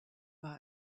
war